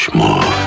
more